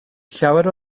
llawer